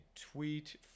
tweet